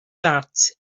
that